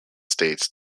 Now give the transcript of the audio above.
states